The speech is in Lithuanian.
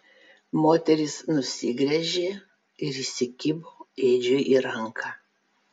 moteris nusigręžė ir įsikibo edžiui į ranką